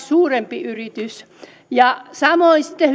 suurempi yritys ja samoin sitten